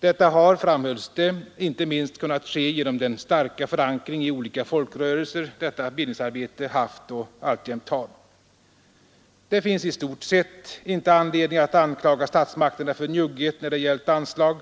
Detta har, framhölls det, inte minst kunnat ske genom den starka förankring i olika folkrörelser som detta bildningsarbete haft och alltjämt har. Det finns i stort sett inte anledning att anklaga statsmakterna för njugghet när det gäller anslag,